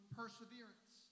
perseverance